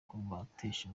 kubatesha